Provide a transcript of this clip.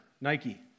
Nike